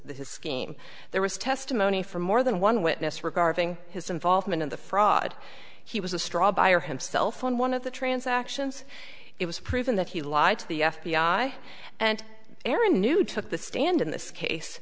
his scheme there was testimony from more than one witness regarding his involvement in the fraud he was a straw buyer himself on one of the transactions it was proven that he lied to the f b i and aaron knew took the stand in this case